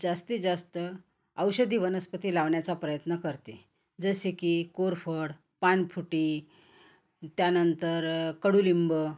जास्तीत जास्त औषधी वनस्पती लावण्याचा प्रयत्न करते जसे की कोरफड पानफुटी त्यानंतर कडुलिंब